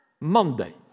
Monday